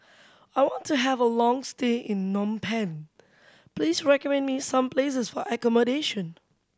I want to have a long stay in Penh Please recommend me some places for accommodation